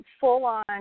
full-on